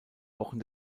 wochen